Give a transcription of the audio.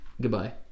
goodbye